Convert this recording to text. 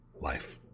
life